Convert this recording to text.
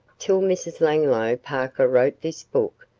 till mrs. langloh parker wrote this book,